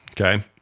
Okay